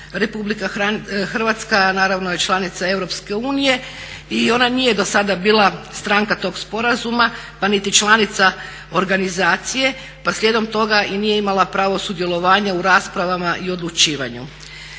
Republika Hrvatska naravno je članica Europske unije i ona nije do sada bila stranka tog sporazuma pa niti članica organizacije pa slijedom toga i nije imala pravo sudjelovanja u raspravama i odlučivanju.